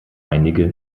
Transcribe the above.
einige